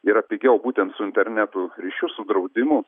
yra pigiau būtent su internetu ryšiu su draudimu